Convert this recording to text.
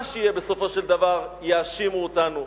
מה שיהיה בסופו של דבר, יאשימו אותנו.